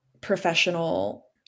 professional